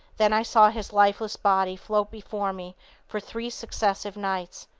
then i saw his lifeless body float before me for three successive nights.